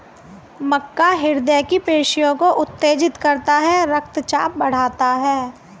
मक्का हृदय की पेशियों को उत्तेजित करता है रक्तचाप बढ़ाता है